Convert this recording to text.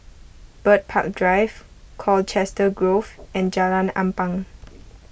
Bird Park Drive Colchester Grove and Jalan Ampang